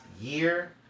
year